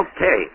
Okay